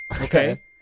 Okay